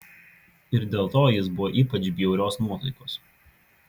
ir dėl to jis buvo ypač bjaurios nuotaikos